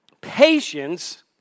patience